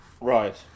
Right